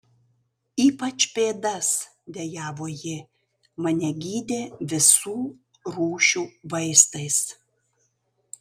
ypač pėdas dejavo ji mane gydė visų rūšių vaistais